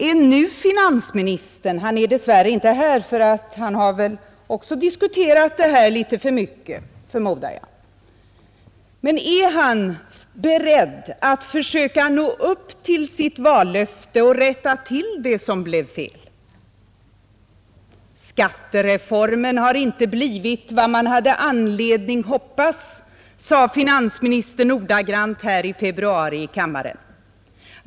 Är nu finansministern — han är dess värre inte här, för han har väl också diskuterat det här litet för mycket, förmodar jag — beredd att försöka nå upp till sitt vallöfte och rätta till det som blev fel? Skattereformen har inte blivit vad man hade anledning hoppas, sade finansministern ordagrant här i kammaren i februari.